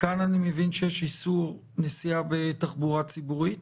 כאן אני מבין שיש איסור נסיעה בתחבורה ציבורית.